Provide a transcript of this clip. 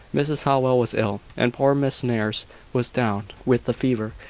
mrs howell was ill and poor miss nares was down with the fever,